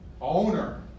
owner